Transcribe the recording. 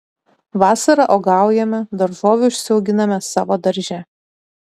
vasarą uogaujame daržovių užsiauginame savo darže